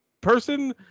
person